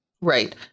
Right